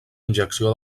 injecció